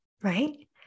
right